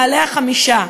מעלה-החמישה.